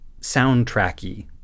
soundtracky